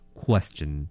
question